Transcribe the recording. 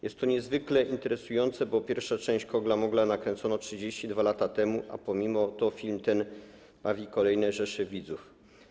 Jest to niezwykle interesujące, bo pierwszą część „Kogla-mogla” nakręcono 32 lata temu, a pomimo to film ten bawi kolejne rzesze widzów.